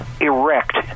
erect